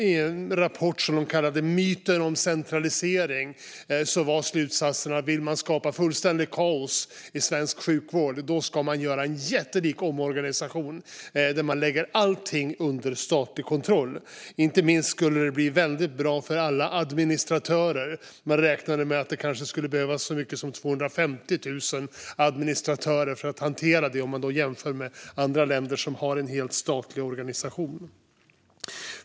I rapporten Myten om centralisering var slutsatsen att om man vill skapa fullständigt kaos i svensk sjukvård ska man göra en jättelik omorganisation där man lägger allt under statlig kontroll. Inte minst skulle det bli bra för alla administratörer. Vid en jämförelse med andra länder som har en helt statlig organisation räknade man med att det kanske skulle behövas så många som 250 000 administratörer.